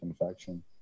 infection